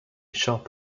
siop